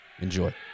Enjoy